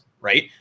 right